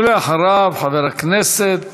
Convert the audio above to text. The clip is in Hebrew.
ואחריו, חבר הכנסת